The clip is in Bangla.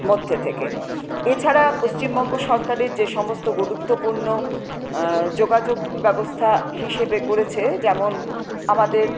মধ্যে থেকে এছাড়া পশ্চিমবঙ্গ সরকারের যে সমস্ত গুরুত্বপূর্ণ যোগাযোগ ব্যবস্থা হিসেবে করেছে যেমন আমাদের